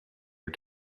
are